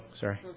sorry